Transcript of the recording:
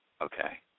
Okay